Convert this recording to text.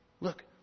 look